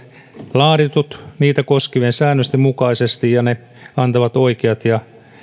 laaditut niitä koskevien säännösten mukaisesti ja ne antavat oikeat ja